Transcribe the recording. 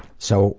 so,